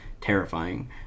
terrifying